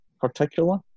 particular